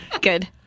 Good